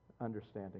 understanding